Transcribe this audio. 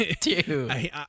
Dude